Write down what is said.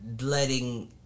letting